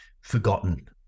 forgotten